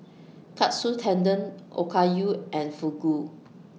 Katsu Tendon Okayu and Fugu